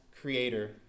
creator